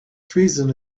treason